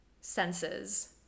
senses